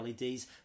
LEDs